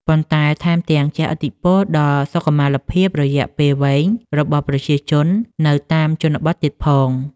ប៉ុន្តែថែមទាំងជះឥទ្ធិពលដល់សុខុមាលភាពរយៈពេលវែងរបស់ប្រជាជននៅតាមជនបទទៀតផង។